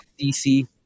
DC